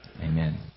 Amen